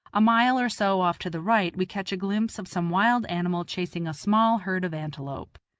a mile or so off to the right we catch a glimpse, of some wild animal chasing a small herd of antelope.